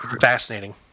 fascinating